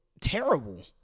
terrible